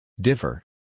Differ